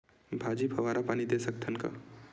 भाजी फवारा पानी दे सकथन का?